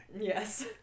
Yes